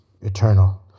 eternal